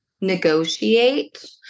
negotiate